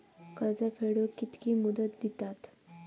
कर्ज फेडूक कित्की मुदत दितात?